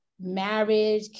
marriage